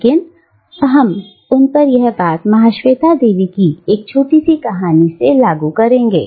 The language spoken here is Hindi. लेकिन हम उन पर यह बात महाश्वेता देवी की एक छोटी सी कहानी से लागू करेंगे